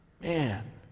Man